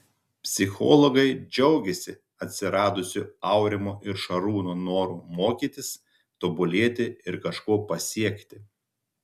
psichologai džiaugiasi atsiradusiu aurimo ir šarūno noru mokytis tobulėti ir kažko pasiekti